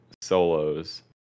solos